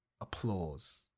applause